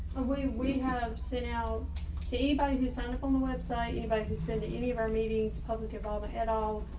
we we have sent out to everybody who signed up on the website, anybody who's been to any of our meetings, public involvement at all,